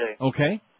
Okay